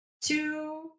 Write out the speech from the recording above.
two